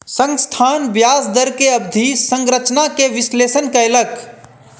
संस्थान ब्याज दर के अवधि संरचना के विश्लेषण कयलक